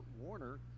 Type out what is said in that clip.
Warner